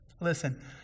Listen